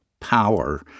power